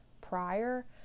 prior